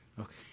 Okay